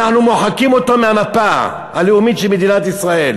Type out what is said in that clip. אנחנו מוחקים אותו מהמפה הלאומית של מדינת ישראל,